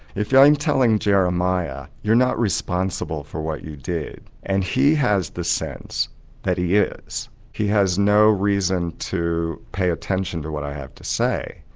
if i'm telling jeremiah you're not responsible for what you did and he has the sense that he is, he has no reason to pay attention to what i have to say.